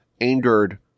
angered